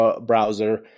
browser